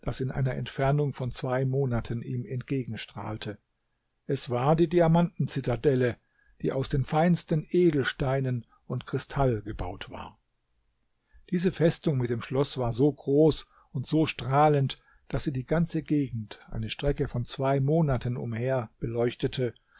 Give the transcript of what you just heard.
in einer entfernung von zwei monaten ihm entgegenstrahlte es war die diamanten zitadelle die aus den feinsten edelsteinen und kristall gebaut war diese festung mit dem schloß war so groß und so strahlend daß sie die ganze gegend eine strecke von zwei monaten umher beleuchtete